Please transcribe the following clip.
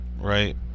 Right